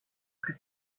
plus